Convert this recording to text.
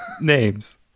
Names